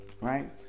right